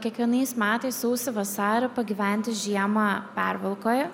kiekvienais metais sausį vasarį pagyventi žiemą pervalkoje